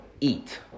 eat